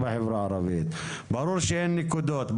ברור שאין נקודות,